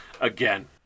again